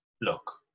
look